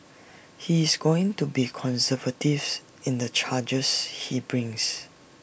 he is going to be conservatives in the charges he brings